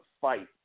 fight